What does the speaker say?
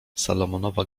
salomonowa